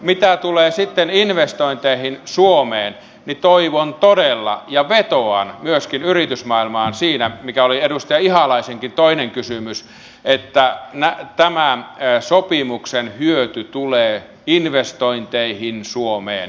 mitä tulee investointeihin suomeen niin toivon todella ja vetoan myöskin yritysmaailmaan siinä mikä oli edustaja ihalaisenkin toinen kysymys että tämän sopimuksen hyöty tulee investointeihin suomeen